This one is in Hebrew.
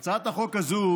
הצעת החוק הזאת